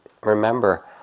remember